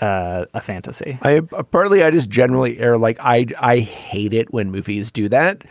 a ah fantasy i ah ah partly i just generally air like i hate it when movies do that.